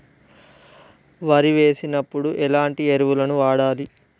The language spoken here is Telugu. వరి వేసినప్పుడు ఎలాంటి ఎరువులను వాడాలి?